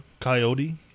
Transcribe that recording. Coyote